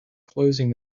closing